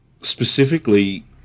specifically